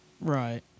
Right